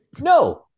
No